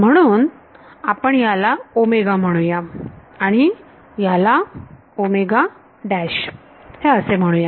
म्हणून आपण याला म्हणूया आणि याला हे असे म्हणूया